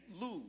lose